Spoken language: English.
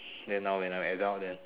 then now when I'm adult then